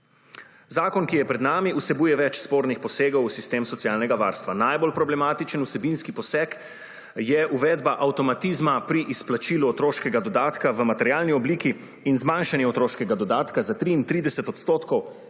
Zakon, ki je pred nami, vsebuje več spornih posegov v sistem socialnega varstva. Najbolj problematičen vsebinski poseg je uvedba avtomatizma pri izplačilu otroškega dodatka v materialni obliki in zmanjšanje otroškega dodatka za 33 %,